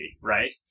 right